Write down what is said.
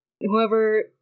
whoever